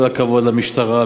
כל הכבוד למשטרה,